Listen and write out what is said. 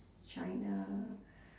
china